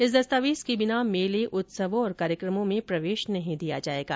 इस दस्तावेज के बिना मेले उत्सवों और कार्यक्रमों में प्रवेश नहीं दिया जाएगा